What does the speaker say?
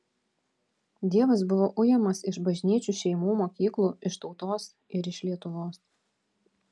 dievas buvo ujamas iš bažnyčių šeimų mokyklų iš tautos ir iš lietuvos